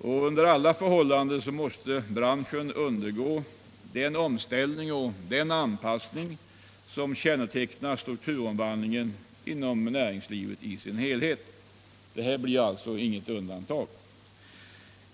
Under alla omständigheter måste även denna bransch undergå den omställning och anpassning som kännetecknar strukturomvandlingen inom näringslivet som helhet — det blir alltså inget undantag här.